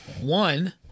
One